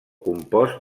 compost